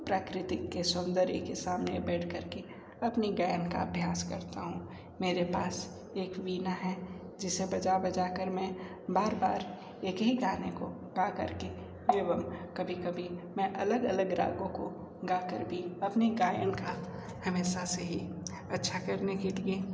प्राकृतिक के सौन्दर्य के सामने बैठ कर के अपने गायन का अभ्यास करता हूँ मेरे पास एक विणा है जिसे बजा बजा कर मैं बार बार एक ही गाने को गा कर के एवं कभी कभी मैं अलग अलग रागों को गाकर भी अपने गायन का हमेशा से ही अच्छा करने के लिए